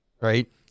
Right